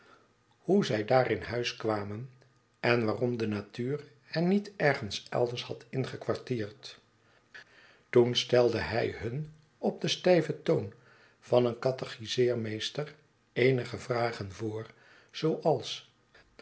hoe zy daar in huis kwamen en waarom de natuur hen niet ergens elders had ingekwartierd toen stelde hij hun op den stijven toon van een catechiseermeester eenige vragen voor zooals